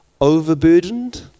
overburdened